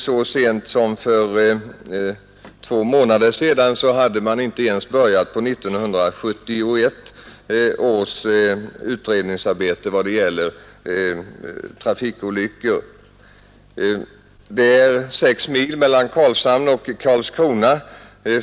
Så sent som för två månader sedan hade man inte ens börjat utreda trafikolyckor som inträffat under 1971. Det är 6 mil mellan Karlshamn och Karlskrona.